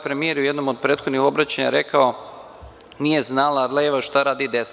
Premijer je u jednom od prethodnih obraćanja rekao – nije znala leva šta radi desna.